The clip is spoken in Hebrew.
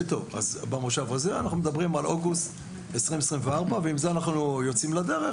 הכי טוב כי אז אנחנו מדברים על אוגוסט 2025 ועם זה אנחנו יוצאים לדרך,